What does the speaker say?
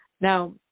Now